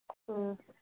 ꯎꯝ